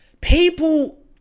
people